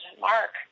Mark